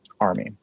army